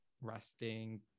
resting